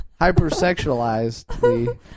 Hypersexualized